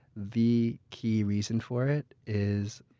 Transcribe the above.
the key reason for it is